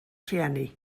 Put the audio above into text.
rhieni